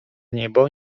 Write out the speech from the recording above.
niebo